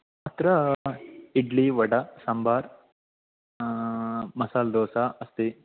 अत्र इड्लि वड साम्बार् मसाल्दोसा अस्ति